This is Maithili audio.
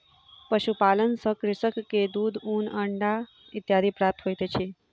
पशुपालन सॅ कृषक के दूध, ऊन, अंडा इत्यादि प्राप्त होइत अछि